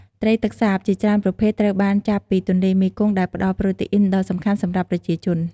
ត្រីទឹកសាបជាច្រើនប្រភេទត្រូវបានចាប់ពីទន្លេមេគង្គ ដែលផ្ដល់ប្រូតេអ៊ីនដ៏សំខាន់សម្រាប់ប្រជាជន។